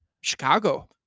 Chicago